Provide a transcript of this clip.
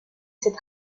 ses